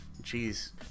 Jeez